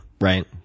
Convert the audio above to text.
Right